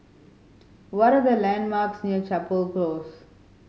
what are the landmarks near Chapel Close